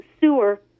Sewer